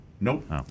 Nope